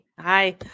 Hi